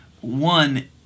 one